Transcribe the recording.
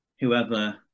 whoever